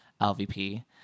LVP